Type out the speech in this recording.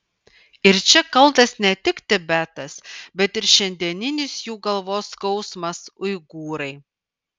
ir čia kaltas ne tik tibetas bet ir šiandieninis jų galvos skausmas uigūrai